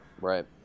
Right